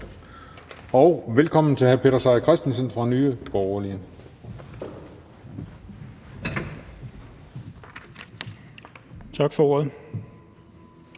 Og velkommen til hr. Peter Seier Christensen fra Nye Borgerlige. Kl.